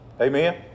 Amen